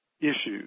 issues